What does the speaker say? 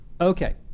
Okay